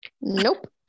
Nope